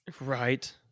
Right